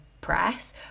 press